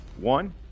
one